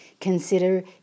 Consider